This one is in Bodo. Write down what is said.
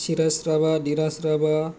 सिराज राभा धिराज राभा